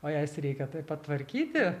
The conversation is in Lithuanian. o jas reikia taip pat tvarkyti